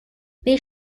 this